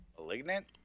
Malignant